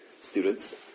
students